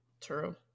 True